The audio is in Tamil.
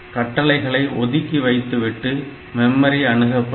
கட்டளைகளை ஒதுக்கி வைத்துவிட்டு மெமரி அணுகப்படும்